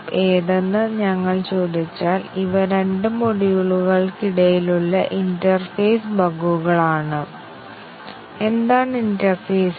അതിനാൽ DU chain coverage നേടുന്നതിന് ആവശ്യമായ ടെസ്റ്റ് കേസുകൾ എന്താണെന്ന് നമുക്ക് നോക്കാം